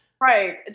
Right